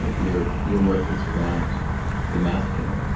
your your work is around the masculine,